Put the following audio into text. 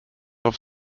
auf